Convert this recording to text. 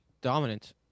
dominant